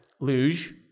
Luge